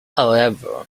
however